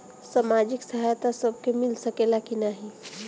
सामाजिक सहायता सबके मिल सकेला की नाहीं?